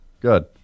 Good